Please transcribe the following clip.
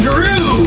Drew